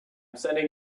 sending